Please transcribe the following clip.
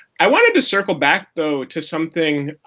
i wanted to circle back, though, to something